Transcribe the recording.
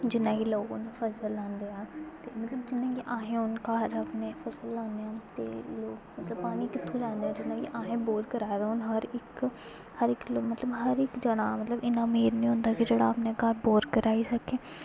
जि'यां कि लोक हून फसल लांदे आ ते मतलब जि'यां की असें हून घर अपने फसल लान्ने आं ते लोक मतलब पानी कि'त्थुं लैंदे जि'यां की अहें बोर कराए दा हून हर इक हर इक मतलब हर इक जना मतलब इ'न्ना मीर निं होंदा कि जेह्ड़ा अपने घर बोर कराई सकै